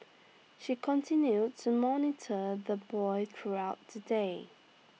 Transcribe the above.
she continued to monitor the boy throughout the day